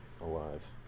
alive